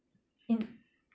in